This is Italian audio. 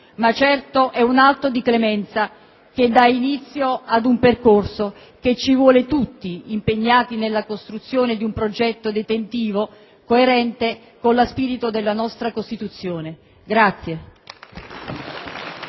è certo un atto di clemenza che dà inizio ad un percorso che ci vuole tutti impegnati nella costruzione di un progetto detentivo coerente con lo spirito della nostra Costituzione.